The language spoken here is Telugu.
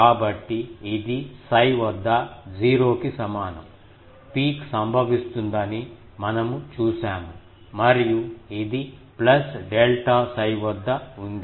కాబట్టి ఇది 𝜓 వద్ద 0 కి సమానం పీక్ సంభవిస్తుందని మనము చూశాము మరియు ఇది ప్లస్ డెల్టా 𝜓 వద్ద ఉంది